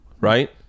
right